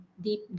deep